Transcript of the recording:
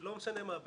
לא משנה מה,